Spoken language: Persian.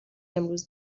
امروز